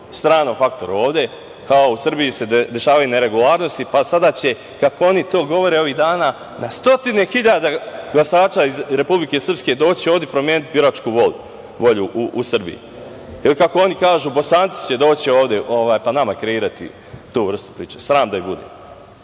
stranom faktoru ovde, kao u Srbiji se dešavaju neregularnosti, pa sada će, kako oni to govore ovih dana, da stotine hiljada glasača iz Republike Srpske doći o ovde promeniti biračku volju u Srbiji. Ili kako oni kažu, Bosanci će doći ovde, pa nama kreirati tu vrstu priče. Sram da ih bude. Neka